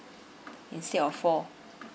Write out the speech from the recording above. instead of four